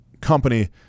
company